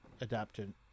adapted